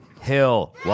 hill